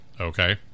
Okay